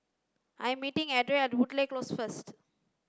I am meeting Adriel at Woodleigh Close first